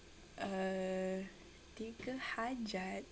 uh tiga hajat